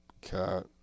cat